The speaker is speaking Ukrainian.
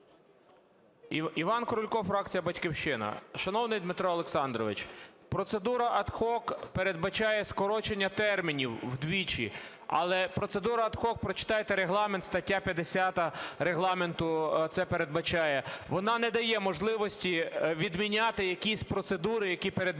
Іван Крулько, фракція "Батьківщина". Шановний Дмитре Олександровичу, процедура ad hoc передбачає скорочення термінів вдвічі, але процедура ad hoc (прочитайте Регламент, стаття 50 Регламенту це передбчає) вона не дає можливості відміняти якісь процедури, які передбачені